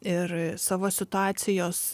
ir savo situacijos